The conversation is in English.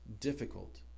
difficult